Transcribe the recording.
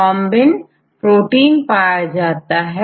छात्र blood clotting blood clotting protein thrombin पाया जाता है